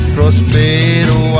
Prospero